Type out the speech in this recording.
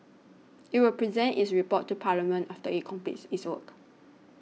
it will present its report to Parliament after it completes its work